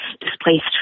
displaced